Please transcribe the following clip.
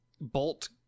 bolt